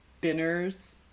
dinners